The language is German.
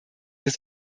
das